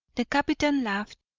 the captain laughed,